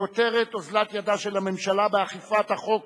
בכותרת: אוזלת ידה של הממשלה באכיפת החוק